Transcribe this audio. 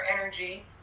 energy